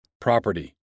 property